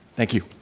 thank you.